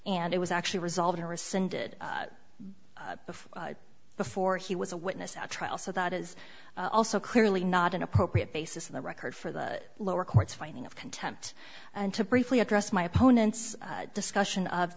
and it was actually resolved in rescinded before before he was a witness at trial so that is also clearly not an appropriate basis in the record for the lower court's finding of contempt and to briefly address my opponent's discussion of